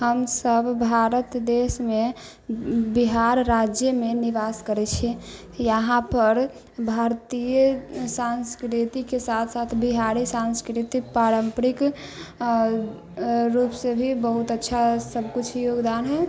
हमसब भारत देशमे बिहार राज्यमे निवास करै छी यहाँपर भारतीय संस्कृतिके साथ साथ बिहारी सांस्कृतिक पारम्परिक रूपसँ भी बहुत अच्छा सबकिछु योगदान